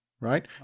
right